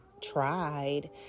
tried